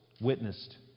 witnessed